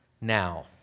now